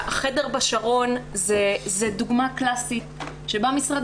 חדר בשרון זה דוגמה קלאסית שבה משרד